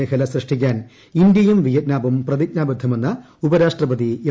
മേഖല സൃഷ്ടിക്കാൻ ഇന്തൃയും വിയറ്റ്നാമും പ്രതിജ്ഞാ ബദ്ധമെന്ന് ഉപരാഷ്ട്രപതി എം